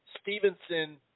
Stevenson